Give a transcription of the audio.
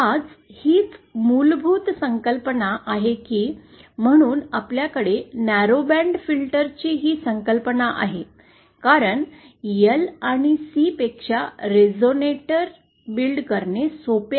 आता हीच मूलभूत संकल्पना आहे की म्हणूनच आपल्याकडे अरुंद बँड फिल्टरची ही संकल्पना आहे कारण एल आणि सी पेक्षा रेझोनेटर बांधणे सोपे आहे